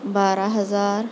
بارہ ہزار